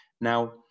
Now